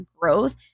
growth